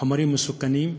חומרים מסוכנים,